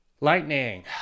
lightning